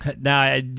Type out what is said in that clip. now